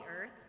earth